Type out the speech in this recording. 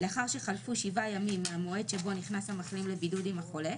לאחר שחלפו שבעה ימים מהמועד שבו נכנס המחלים לבידוד עם החולה